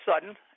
sudden